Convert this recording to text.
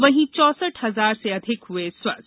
वहीं चौसठ हजार से अधिक हुए स्वस्थ